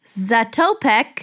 Zatopek